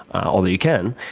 although, you can.